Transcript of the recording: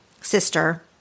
sister